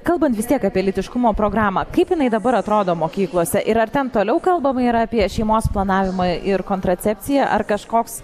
kalbant vis tiek apie lytiškumo programą kaip jinai dabar atrodo mokyklose ir ar ten toliau kalbama yra apie šeimos planavimą ir kontracepciją ar kažkoks